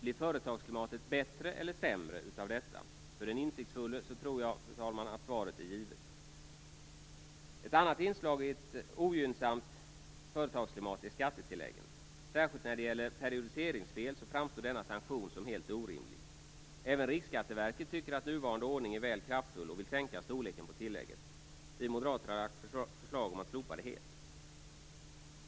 Blir företagsklimatet bättre eller sämre av detta? För den insiktsfulle är nog svaret givet. Ett annat inslag i ett ogynnsamt företagsklimat är skattetilläggen. Särskilt när det gäller periodiseringsfel framstår denna sanktion som helt orimlig. Även Riksskatteverket tycker att nuvarande ordning är väl kraftfull och vill sänka storleken på tillägget. Vi moderater har lagt fram förslag om att slopa det helt.